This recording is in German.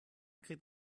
kräht